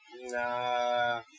Nah